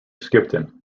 skipton